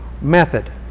method